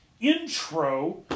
intro